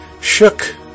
shook